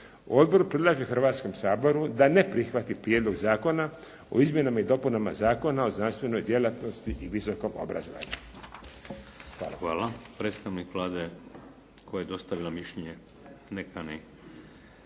Odbor predlaže Hrvatskom saboru da ne prihvati Prijedlog zakona o izmjenama i dopunama Zakona o znanstvenoj djelatnosti i visokom obrazovanju. Hvala.